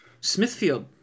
Smithfield